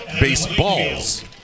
baseballs